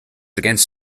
against